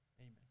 amen